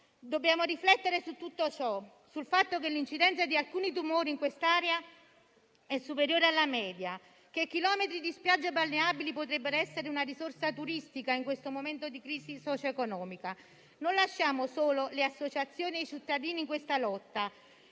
Dobbiamo riflettere su tutto ciò, sul fatto che l'incidenza di alcuni tumori in quest'area è superiore alla media. Chilometri di spiagge balneabili potrebbero essere una risorsa turistica in questo momento di crisi socio-economica. Non lasciamo soli le associazioni e i cittadini in questa lotta